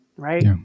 right